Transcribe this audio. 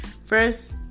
First